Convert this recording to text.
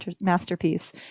masterpiece